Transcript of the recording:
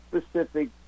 specific